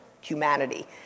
humanity